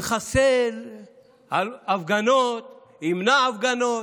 יחסל הפגנות, ימנע הפגנות,